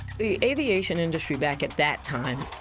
the aviation industry back at that time,